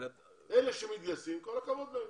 אלה שמתגייסים, כל הכבוד להם.